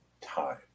time